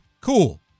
Cool